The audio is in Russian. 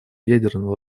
ядерного